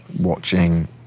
watching